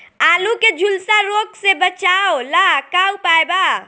आलू के झुलसा रोग से बचाव ला का उपाय बा?